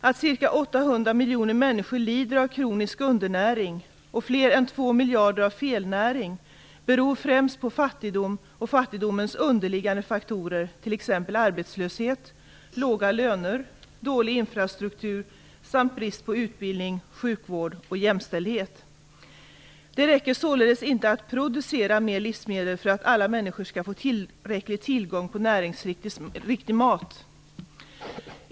Att ca 800 miljoner människor lider av kronisk undernäring och fler än två miljarder av felnäring beror främst på fattigdom och fattigdomens underliggande faktorer, t.ex. arbetslöshet, låga löner och dålig infrastruktur, samt på brist på utbildning, sjukvård och jämställdhet. Det räcker således inte att producera mer livsmedel för att alla människor skall få tillräcklig tillgång på näringsriktig mat.